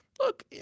Look